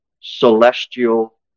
celestial